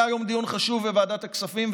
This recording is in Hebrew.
היה היום דיון חשוב בוועדת הכספים,